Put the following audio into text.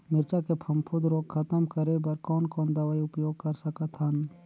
मिरचा के फफूंद रोग खतम करे बर कौन कौन दवई उपयोग कर सकत हन?